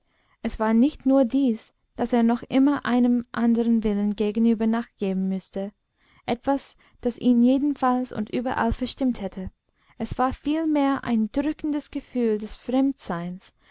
es war nicht nur dies daß er noch immer einem anderen willen gegenüber nachgeben müßte etwas das ihn jedenfalls und überall verstimmt hätte es war vielmehr ein drückendes gefühl des